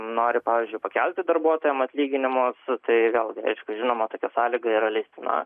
nori pavyzdžiui pakelti darbuotojam atlyginimus tai vėlgi aišku žinoma tokia sąlyga yra leistina